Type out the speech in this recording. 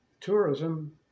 tourism